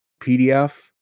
PDF